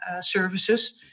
services